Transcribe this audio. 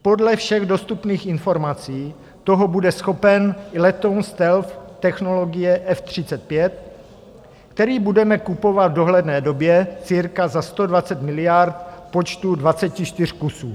Podle všech dostupných informací toho bude schopen i letoun stealth technologie F35, který budeme kupovat v dohledné době cirka za 120 miliard v počtu 24 kusů.